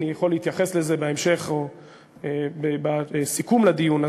אני יכול להתייחס לזה בהמשך ובסיכום לדיון הזה.